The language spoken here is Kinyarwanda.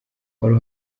uwari